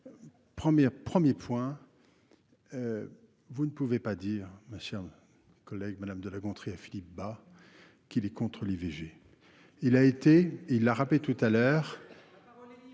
1er point, vous ne pouvez pas dire ma chère collègue madame de La Gontrie à Philippe Bas, qu'il est contre l'IVG, il a été, il a rappelé tout à l'heure,